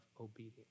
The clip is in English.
obedience